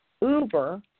uber